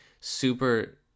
super